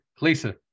Lisa